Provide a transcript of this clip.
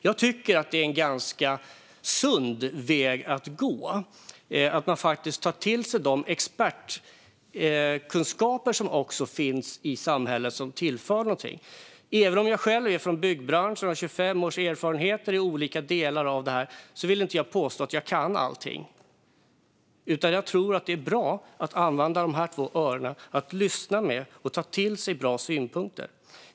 Jag tycker att det är en ganska sund väg att gå, alltså att man faktiskt tar till sig de expertkunskaper som finns i samhället och som tillför någonting. Även om jag själv kommer från byggbranschen och har 25 års erfarenhet från olika delar av den vill jag inte påstå att jag kan allting, utan jag tror att det är bra att använda sina öron för att lyssna och ta till sig bra synpunkter.